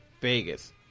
Vegas